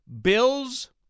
Bills